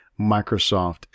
Microsoft